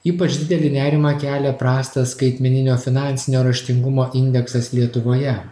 ypač didelį nerimą kelia prastas skaitmeninio finansinio raštingumo indeksas lietuvoje